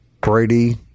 Brady